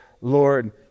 Lord